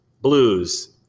blues